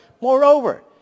Moreover